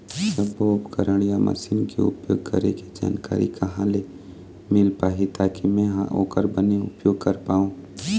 सब्बो उपकरण या मशीन के उपयोग करें के जानकारी कहा ले मील पाही ताकि मे हा ओकर बने उपयोग कर पाओ?